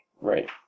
Right